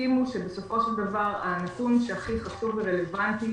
הסכימו שבסופו של דבר הנתון שהכי חשוב ורלוונטי